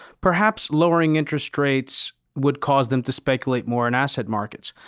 perhaps lowering interest rates would cause them to speculate more in asset markets.